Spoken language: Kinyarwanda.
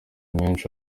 menshi